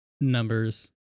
numbers